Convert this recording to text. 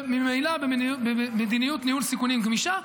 וממילא במדיניות ניהול סיכונים גמישה,